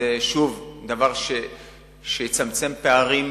שוב, זה דבר שיצמצם פערים